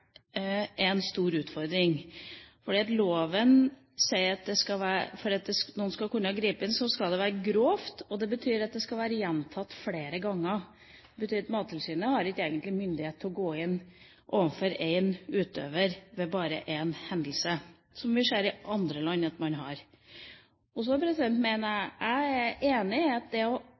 en stor utfordring. Loven sier at for at noen skal kunne gripe inn, skal det være grovt, og det betyr at det skal være gjentatt flere ganger. Det betyr at Mattilsynet egentlig ikke har myndighet til å gå inn overfor en utøver etter bare én hendelse, noe vi ser at man har i andre land. Så er jeg enig i at det å